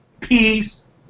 peace